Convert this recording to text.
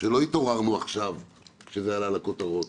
שלא התעוררו עכשיו כשזה עלה לכותרות,